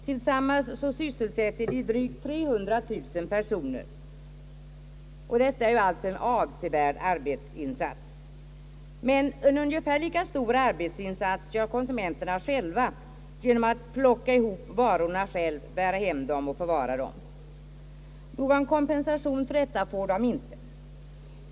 Tillsammans sysselsätter de drygt 300 000 personer. Det är alltså en avsevärd arbetsinsats. Men en ungefär lika stor arbetsinsats gör konsumenterna själva genom att plocka ihop varorna, bära hem dem och förvara dem. Någon kompensation för detta får de inte.